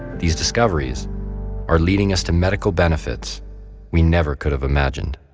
these discoveries are leading us to medical benefits we never could have imagined.